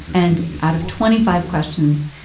and out of twenty five questions,